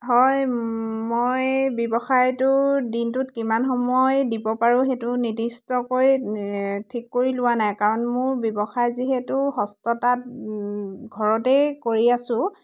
হয় মই ব্যৱসায়টোৰ দিনটোত কিমান সময় দিব পাৰোঁ সেইটো নিৰ্দিষ্টকৈ ঠিক কৰি লোৱা নাই কাৰণ মোৰ ব্যৱসায় যিহেতু হস্ততাঁত ঘৰতেই কৰি আছোঁ